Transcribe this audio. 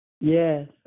Yes